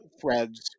threads